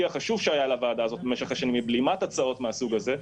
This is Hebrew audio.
החשוב שהיה לוועדה הזאת במשך השנים בבלימת הצעות מן הסוג הזה,